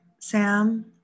Sam